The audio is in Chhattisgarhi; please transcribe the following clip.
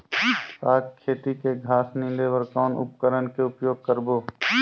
साग खेती के घास निंदे बर कौन उपकरण के उपयोग करबो?